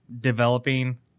developing